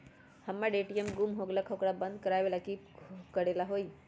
हमर ए.टी.एम गुम हो गेलक ह ओकरा बंद करेला कि कि करेला होई है?